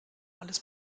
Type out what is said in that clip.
alles